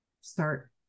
start